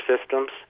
systems